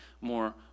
more